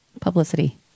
publicity